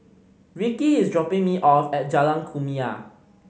Rikki is dropping me off at Jalan Kumia